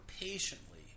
patiently